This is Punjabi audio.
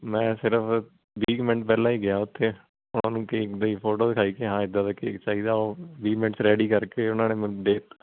ਮੈਂ ਸਿਰਫ ਵੀਹ ਕੁ ਮਿੰਟ ਪਹਿਲਾਂ ਹੀ ਗਿਆ ਉੱਥੇ ਉਹਨਾਂ ਨੂੰ ਕੇਕ ਦੀ ਫੋਟੋ ਦਿਖਾਈ ਕਿਹਾ ਇੱਦਾਂ ਦਾ ਕੇਕ ਚਾਹੀਦਾ ਉਹ ਵੀਹ ਮਿੰਟ 'ਚ ਰੈਡੀ ਕਰਕੇ ਉਹਨਾਂ ਨੇ ਮੈਨੂੰ ਦੇ ਤਾ